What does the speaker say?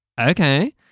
okay